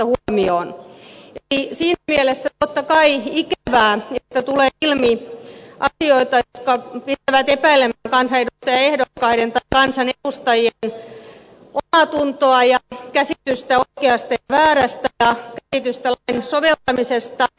siinä mielessä totta kai on ikävää että tulee ilmi asioita jotka pistävät epäilemään kansanedustajaehdokkaiden tai kansanedustajien omaatuntoa käsitystä oikeasta ja väärästä ja käsitystä lain soveltamisesta